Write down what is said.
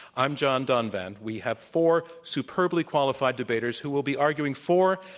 i'm john donvan, we have four superbly qualified debaters who will be arguing for,